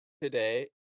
today